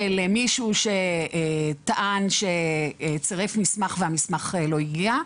מישהו שטען שצירף מסמך והמסמך לא הגיע.